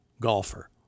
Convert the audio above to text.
golfer